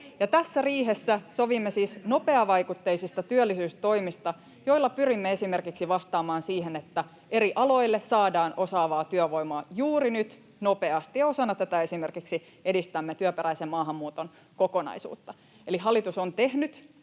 Tässä riihessä sovimme siis nopeavaikutteisista työllisyystoimista, joilla pyrimme esimerkiksi vastaamaan siihen, että eri aloille saadaan osaavaa työvoimaa juuri nyt ja nopeasti, ja osana tätä esimerkiksi edistämme työperäisen maahanmuuton kokonaisuutta. Eli hallitus on tehnyt,